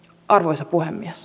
arvoisa puhemies